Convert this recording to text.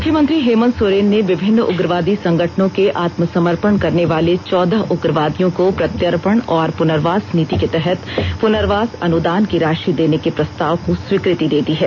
मुख्यमंत्री हेमन्त सोरेन ने विभिन्न उग्रवादी संगठनों के आत्मसमर्पण करने वाले चौदह उग्रवादियों को प्रत्यार्पण और प्रनर्वास नीति के तहत पुनर्वास अनुदान की राशि देने के प्रस्ताव को स्वीकृ ति दे दी है